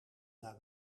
naar